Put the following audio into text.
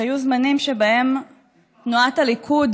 היו זמנים שבהם תנועת הליכוד